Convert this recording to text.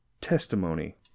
testimony